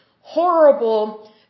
horrible